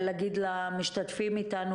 אגיד למשתתפים איתנו